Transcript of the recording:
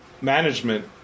management